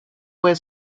puede